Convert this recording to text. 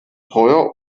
teuer